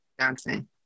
Johnson